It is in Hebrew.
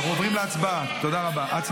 אנחנו נעבור להצבעה על צו